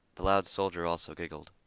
the loud soldier also giggled.